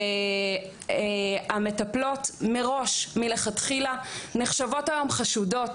המטפלות מראש מלכתחילה נחשבות היום חשודות,